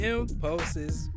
Impulses